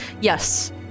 yes